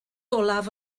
olaf